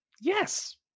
Yes